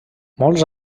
molts